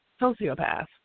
sociopath